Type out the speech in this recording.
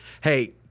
hey